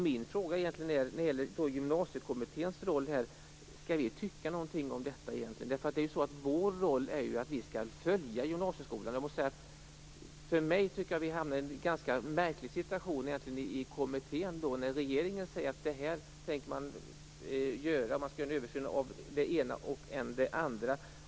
Min fråga är: Skall vi i Gymnasiekommittén tycka någonting om detta? Vår roll är att följa utvecklingen i gymnasieskolan. Jag tycker att vi hamnar i en ganska märklig situation i kommittén när regeringen säger att man skall göra en översyn av än det ena, än det andra.